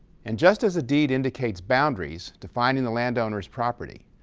and just as a deed indicates boundaries defining the landowner's property,